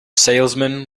salesman